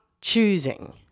choosing